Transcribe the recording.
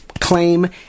claim